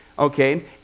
Okay